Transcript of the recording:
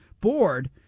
board